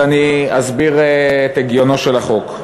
ואני אסביר את הגיונו של החוק.